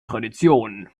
tradition